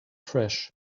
trash